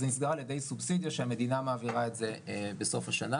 אז זה נסגר על ידי סובסידיה שהמדינה מעבירה את זה בסוף השנה.